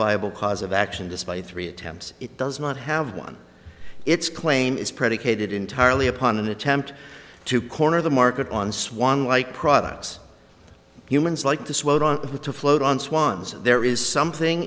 viable cause of action despite three attempts it does not have one its claim is predicated entirely upon an attempt to corner the market on swung like products humans like to swat on the to float on swans and there is something